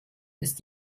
ist